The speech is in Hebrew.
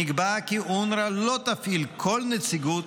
נקבע כי אונר"א לא תפעיל כל נציגות,